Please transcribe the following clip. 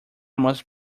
must